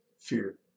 fear